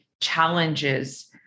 challenges